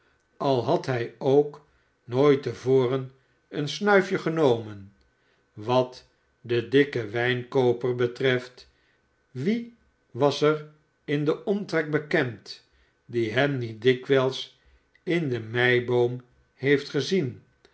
al had hij ook nooit te voren een snuif je genomen wat den dikken wijnkooper betreft wie was ermdenomtrek bekend die hem niet dikwijls in de meiboom heeft gezien